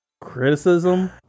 criticism